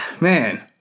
man